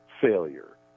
failure